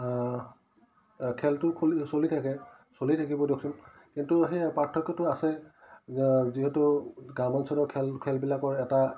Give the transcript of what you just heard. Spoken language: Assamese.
খেলটো খুলি চলি থাকে চলি থাকিব দিয়কচোন কিন্তু সেই পাৰ্থক্যটো আছে যিহেতু গ্ৰাম্যাঞ্চলৰ খেল খেলবিলাকৰ এটা